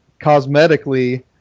cosmetically